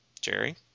Jerry